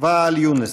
ואאל יונס.